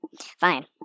fine